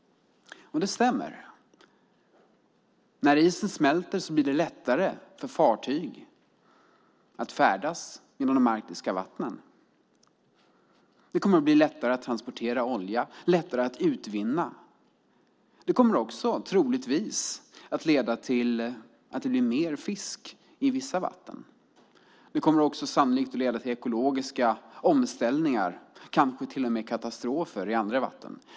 Det stämmer. När isen smälter blir det lättare att för fartyg att färdas genom de arktiska vattnen. Det kommer att bli lättare att transportera och utvinna olja. Det kommer också troligtvis att leda till att det blir mer fisk i vissa vatten. Det kommer sannolikt även att leda till ekologiska omställningar, kanske till och med katastrofer, i andra vatten.